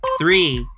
three